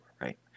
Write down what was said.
right